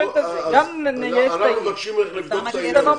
אנו מבקשים ממך לבדוק את העניין.